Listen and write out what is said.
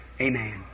amen